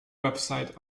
website